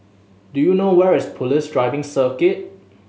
do you know where is Police Driving Circuit